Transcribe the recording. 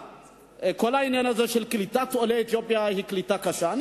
כל העניין של קליטת עולי אתיופיה, זו קליטה קשה.